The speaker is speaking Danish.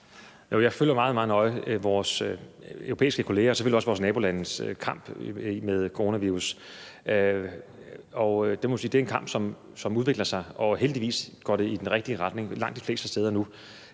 meget, meget nøje vores europæiske kollegers og selvfølgelig også vores nabolandes kamp med coronavirus. Jeg må sige, at det er en kamp, som udvikler sig, og heldigvis går det i den rigtige retning langt de fleste steder nu,